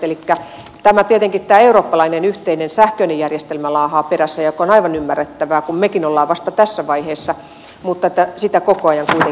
tietenkin tämä eurooppalainen yhteinen sähköinen järjestelmä laahaa perässä mikä on aivan ymmärrettävää kun mekin olemme vasta tässä vaiheessa mutta sitä koko ajan kuitenkin kehitetään